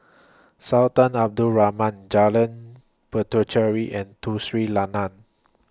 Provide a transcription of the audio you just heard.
Sultan Abdul Rahman Jalan Puthucheary and Tun Sri Lanang